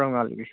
Rongali